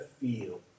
feel